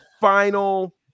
final